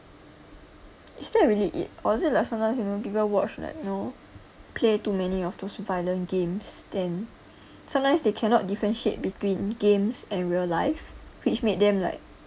is that really it or is it like sometimes you know people watch like you know play too many of those violent games then sometimes they cannot differentiate between games and real life which made them like